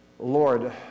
Lord